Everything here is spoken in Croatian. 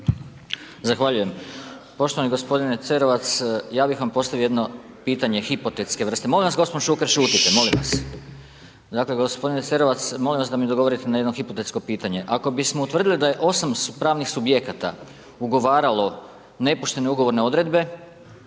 Zahvaljujem. Poštovani gospodine Cerovac, ja bih vam postavio jedno pitanje hipotetske vrste. …/Upadica sa strane, ne razumije se./… Molim vas gospodine Šuker, šutite, molim vas. Dakle, gospodine Cerovac molim vas da mi odgovorite na jedno hipotetsko pitanje, ako bismo utvrdili da je 8 pravnih subjekata ugovaralo nepoštene ugovorne odredbe,